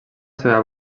seva